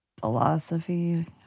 philosophy